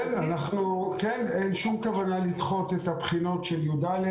אין שום כוונה לדחות את הבחינות של י"א.